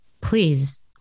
please